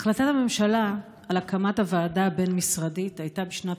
החלטת הממשלה על הקמת הוועדה הבין-משרדית הייתה בשנת